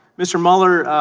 mr. muller